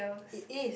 it is